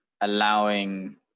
allowing